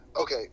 Okay